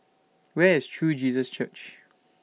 Where IS True Jesus Church